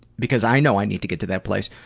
because i know i need to get to that place,